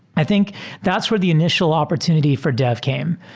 i think that's where the in itial opportunity for dev came,